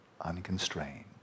unconstrained